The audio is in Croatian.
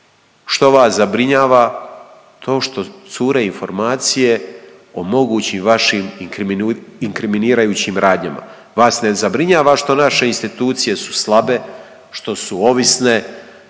što vas zabrinjava? To što cure informacije o mogućim vašim inkriminirajućim radnjama. Vas ne zabrinjava što naše institucije su slabe, što su ovisne,